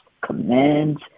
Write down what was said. commands